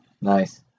Nice